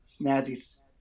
snazzy